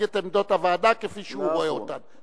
את עמדות הוועדה כפי שהוא רואה אותן.